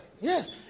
Yes